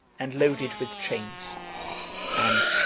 and loaded with chains and,